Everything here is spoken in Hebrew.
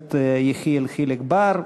הכנסת יחיאל חיליק בר,